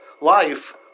life